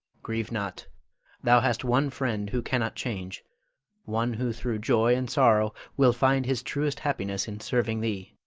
grieve not thou hast one friend who cannot change one who through joy and sorrow will find his truest happiness in serving thee.